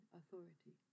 authority